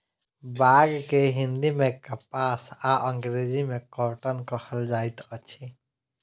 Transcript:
बांग के हिंदी मे कपास आ अंग्रेजी मे कौटन कहल जाइत अछि